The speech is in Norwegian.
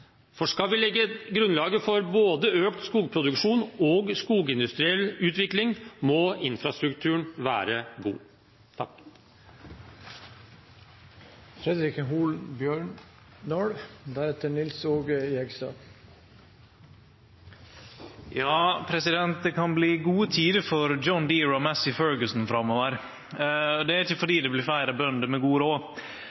næring. Skal vi legge grunnlaget for både økt skogproduksjon og skogindustriell utvikling, må infrastrukturen være god. Det kan bli gode tider for John Deere og Massey Ferguson framover. Det er ikkje fordi